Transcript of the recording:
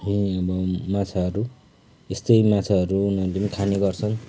है अब माछाहरू यस्तै माछाहरू उनीहरूले पनि खाने गर्छन्